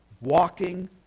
walking